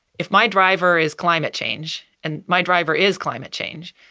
if my driver is climate change and my driver is climate change,